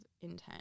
intent